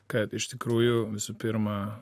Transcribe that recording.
kad iš tikrųjų visų pirma